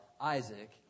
Isaac